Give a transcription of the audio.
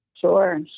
Sure